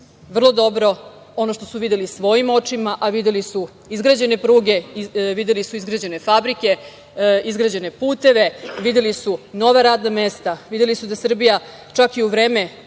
vrlo dobro ono što su videli svojim očima, a videli su izgrađene pruge, videli su izgrađene fabrike, izgrađene puteve, videli su nova radna mesta, videli su da Srbija čak i u vreme